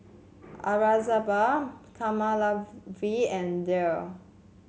Aurangzeb Kamaladevi and Dev